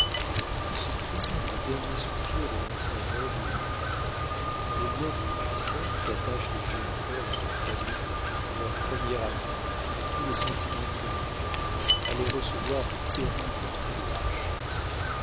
ce cri fut le dernier soupir de l'enfant noble et pur les liens si puissants qui attachent les jeunes cœurs à leur famille à leur premier ami à tous les sentiments primitifs allaient recevoir un terrible coup de hache